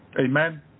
amen